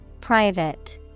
Private